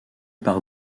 par